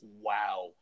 wow